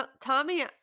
tommy